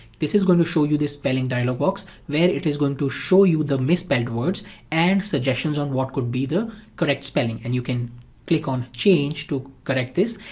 this is going to show you the spelling dialog box where it is going to show you the misspelled words and suggestions on what could be the correct spelling and you can click on change to correct this.